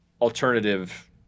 alternative